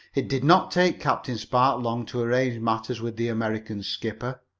it did not take captain spark long to arrange matters with the american skipper.